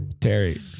Terry